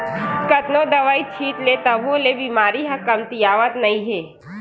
कतनो दवई छित ले तभो ले बेमारी ह कमतियावत नइ हे